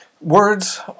words